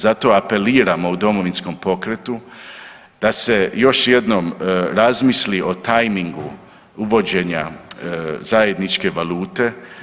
Zato apeliramo u Domovinskom pokretu da se još jednom razmisli o timingu uvođenja zajedničke valute.